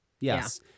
yes